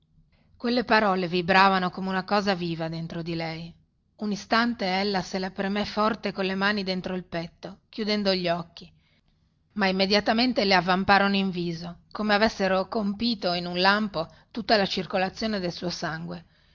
quelle parole vibravano come cosa viva dentro di lei un istante ella se le premè forte colle mani dentro il petto chiudendo gli occhi ma immediatamente le avvamparono in viso come avessero compito in un lampo tutta la circolazione del suo sangue